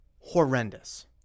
horrendous